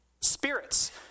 spirits